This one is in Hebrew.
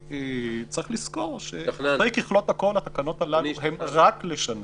צריך לזכור שאחרי ככלות הכול התקנות הללו הן רק לשנה.